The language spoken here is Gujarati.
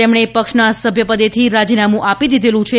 તેમણે પક્ષના સભ્યપદેથી રાજીનામું આપી દીધેલું છે